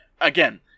again